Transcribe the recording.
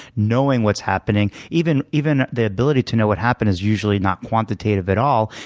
knowing what's happening. even even the ability to know what happened is usually not quantitative at all.